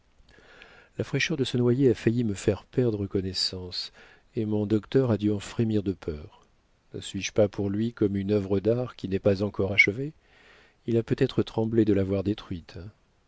la fraîcheur de ce noyer a failli me faire perdre connaissance et mon docteur a dû en frémir de peur ne suis-je pas pour lui comme une œuvre d'art qui n'est pas encore achevée il a peut-être tremblé de la voir détruite